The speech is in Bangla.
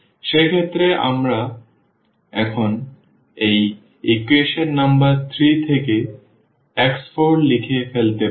সেক্ষেত্রে এখন এই ইকুয়েশন নম্বর 3 থেকে আমরা x4 লিখে ফেলতে পারি